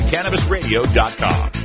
CannabisRadio.com